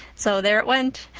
so there it went,